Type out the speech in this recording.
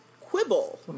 quibble